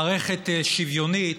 מערכת שוויונית,